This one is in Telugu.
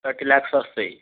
తర్టీ ల్యాక్స్ వస్తాయి